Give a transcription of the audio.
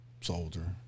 soldier